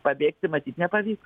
pabėgti matyt nepavyks